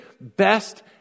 best